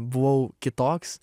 buvau kitoks